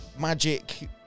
magic